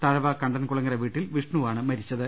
തഴവ കണ്ടൻകുളങ്ങര വീട്ടിൽ വിഷ്ണുവാണ് മരിച്ചത്